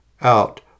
out